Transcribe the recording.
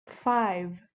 five